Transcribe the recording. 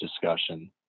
discussion